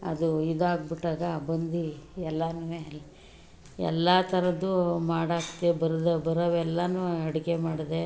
ಅದು ಇದಾಗಿಬಿಟ್ಟಾಗ ಬಂದು ಎಲ್ಲನೂ ಎಲ್ಲ ಥರದ್ದು ಮಾಡೋಕ್ಕೆ ಬರದೇ ಬರೋವು ಎಲ್ಲವೂ ಅಡುಗೆ ಮಾಡಿದೆ